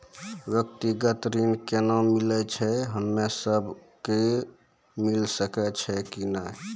व्यक्तिगत ऋण केना मिलै छै, हम्मे सब कऽ मिल सकै छै कि नै?